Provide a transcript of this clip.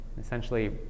essentially